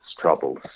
troubles